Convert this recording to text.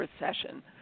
recession